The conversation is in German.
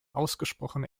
ausgesprochen